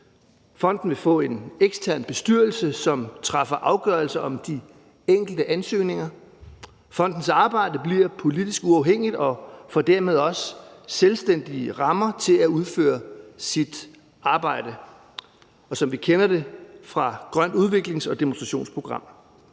fonden vil få en ekstern bestyrelse, som træffer afgørelser om de enkelte ansøgninger. Fondens arbejde bliver politisk uafhængigt og får dermed også selvstændige rammer til at udføre sit arbejde, som vi kender det fra Grønt Udviklings- og Demonstrationsprogram.